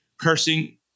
cursing